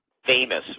Famous